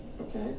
okay